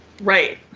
Right